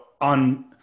on